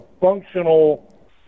functional